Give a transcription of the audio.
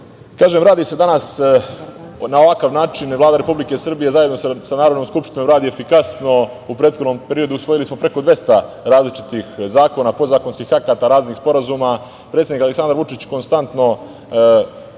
radi se danas, na ovakav način Vlada Republike Srbije, zajedno sa Narodnom skupštinom radi efikasno. U prethodnom periodu usvojili smo preko 200 različitih zakona, podzakonskih akata, raznih sporazuma. Predsednik Aleksandar Vučić konstantno